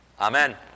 Amen